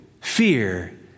fear